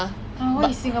ya ya